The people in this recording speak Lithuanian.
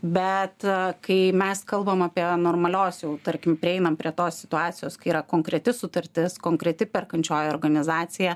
bet kai mes kalbam apie normalios jau tarkim prieinam prie tos situacijos kai yra konkreti sutartis konkreti perkančioji organizacija